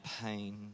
pain